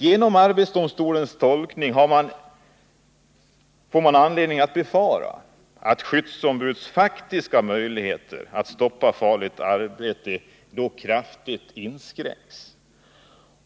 Genom arbetsdomstolens tolkning har man anledning att befara att skyddsombuds faktiska möjligheter att stoppa farligt arbete kraftigt inskränks.